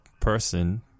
person